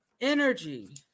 energy